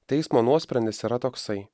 teismo nuosprendis yra toksai